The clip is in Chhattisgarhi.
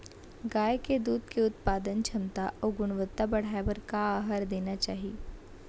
गाय के दूध के उत्पादन क्षमता अऊ गुणवत्ता बढ़ाये बर का आहार देना चाही?